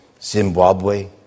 Zimbabwe